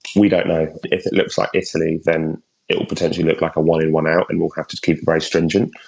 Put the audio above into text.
we don't know. if it looks like italy, then it will potentially look like a one in, one out and we'll have to to keep very stringent.